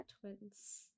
Twins